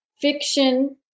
fiction